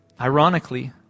ironically